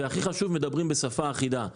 הכי חשוב, מדברים בשפה אחידה.